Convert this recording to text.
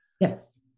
Yes